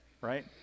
right